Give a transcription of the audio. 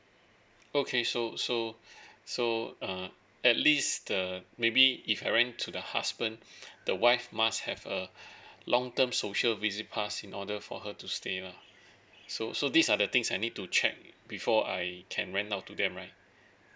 okay so so so uh at least (duh) maybe if I rent to the husband the wife must have a long term social visit pass in order for her to stay lah so so these are the things I need to check before I can rent out to them right